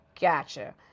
Gotcha